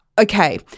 okay